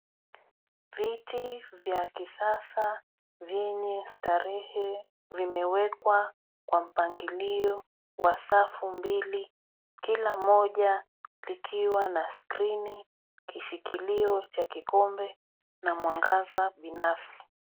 Viti vya kisasa vyenye starehe vimewekwa kwa mpangilio wa safu mbili kila moja likiwa na skrini, kishikilio cha kikombe na mwangaza binafsi.